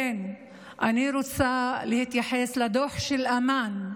כן אני רוצה להתייחס לדוח של אמאן,